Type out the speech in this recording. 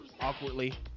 awkwardly